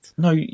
No